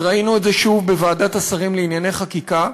וראינו את זה שוב בוועדת השרים לענייני חקיקה,